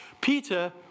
Peter